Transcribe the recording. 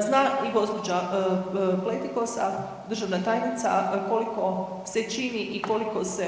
Zna i gospođa Pletikosa, državna tajnica koliko se čini i koliko se